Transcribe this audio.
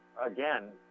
again